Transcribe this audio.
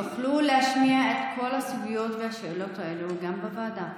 תוכלו להשמיע את כל הסוגיות והשאלות שעלו גם בוועדה.